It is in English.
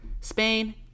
Spain